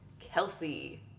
Kelsey